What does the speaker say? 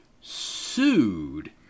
sued